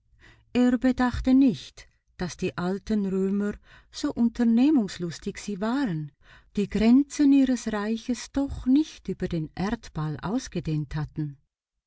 er bedachte nicht daß die alten römer so unternehmungslustig sie waren die grenzen ihres reichs doch nicht über den erdball ausgedehnt hatten